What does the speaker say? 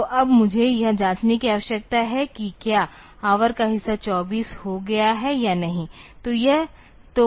तो अब मुझे यह जांचने की आवश्यकता है कि क्या हावर का हिस्सा 24 हो गया है या नहीं